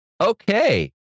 okay